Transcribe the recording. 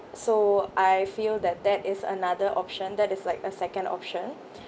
so I feel that that is another option that is like a second option